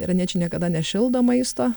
iraniečiai niekada nešildo maisto